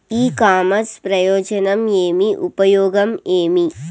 ఇ commerce ప్రయోజనం ఏమి? ఉపయోగం ఏమి?